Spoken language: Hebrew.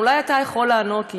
אולי אתה יכול לענות לי.